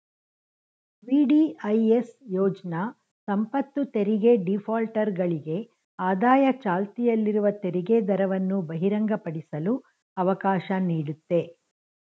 VDIS ಯೋಜ್ನ ಸಂಪತ್ತುತೆರಿಗೆ ಡಿಫಾಲ್ಟರ್ಗಳಿಗೆ ಆದಾಯ ಚಾಲ್ತಿಯಲ್ಲಿರುವ ತೆರಿಗೆದರವನ್ನು ಬಹಿರಂಗಪಡಿಸಲು ಅವಕಾಶ ನೀಡುತ್ತೆ